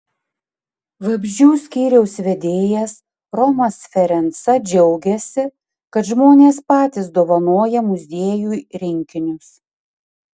vabzdžių skyriaus vedėjas romas ferenca džiaugiasi kad žmonės patys dovanoja muziejui rinkinius